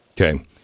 Okay